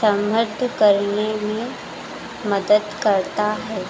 समर्थ करने में मदद करता है